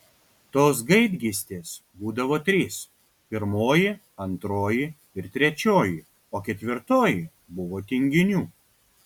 tos gaidgystės būdavo trys pirmoji antroji ir trečioji o ketvirtoji buvo tinginių